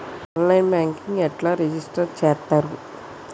On line banking ఎట్లా register చేత్తరు?